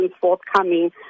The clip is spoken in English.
forthcoming